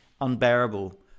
unbearable